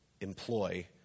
employ